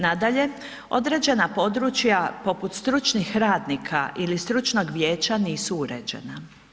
Nadalje, određena područja poput stručnih radnika ili stručnog vijeća nisu uređena.